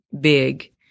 big